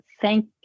thank